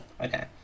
okay